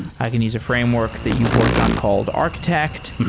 i can use a framework that you've worked on called architect.